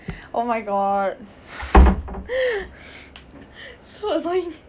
oh my god so annoying